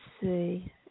see